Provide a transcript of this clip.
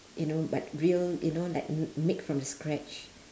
you know but real you know like m~ make from the scratch